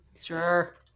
Sure